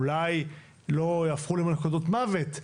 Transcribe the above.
אולי לא יהפכו למלכודות מוות,